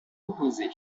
opposés